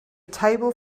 table